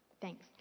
thanks